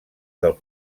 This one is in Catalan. del